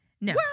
no